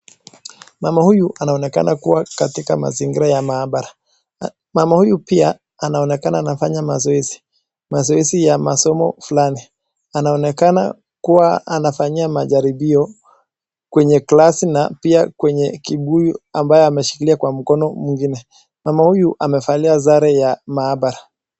Mama huyu anaonekana kuwa katika mazingira ya mahabara. Mama huyu pia anaonekana anafanya mazoezi , mazoezi ya masomo fulani, anaonekana kuwa anafanyia majaribio kwenye glasi na pia kwenye kibuyu ambayo ameshikilia kwa mkono mwingine. Mama huyu amevalia sare ya maabara.